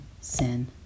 sin